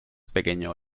pequeño